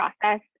process